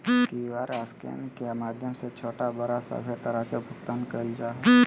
QR scan के माध्यम से छोटा बड़ा सभे तरह के भुगतान कइल जा हइ